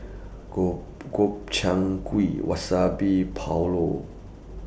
Gobchang Gui Wasabi Pulao